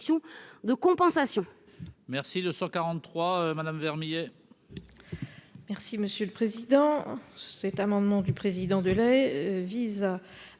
une compensation